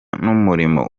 n’umurimo